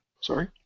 Sorry